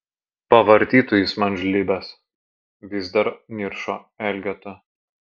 pavartytų jis man žlibes vis dar niršo elgeta